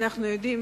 אנחנו יודעים